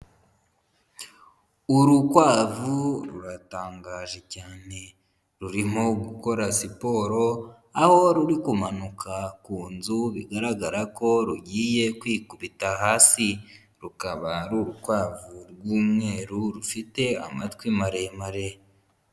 Urukwavu ruratangaje cyane, rurimo gukora siporo, aho ruri kumanuka ku nzu bigaragara ko rugiye kwikubita hasi, rukaba ari urukwavu rw'umweru rufite amatwi maremare.